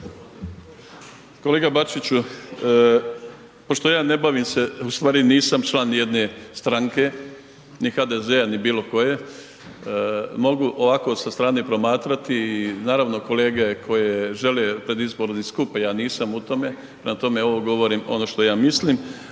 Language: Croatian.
Kolega Bačiću, pošto ja ne bavim se, ustvari nisam član nijedne stranke, ni HDZ-a ni bilo koje, mogu ovako sa strane promatrati. Naravno, kolege koje žele pred izbore idu skupa, ja nisam u tome, prema tome ovo govorim ono što ja mislim.